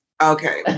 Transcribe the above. Okay